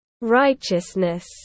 righteousness